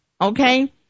Okay